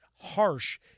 harsh